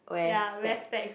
ya wear specs